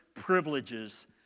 privileges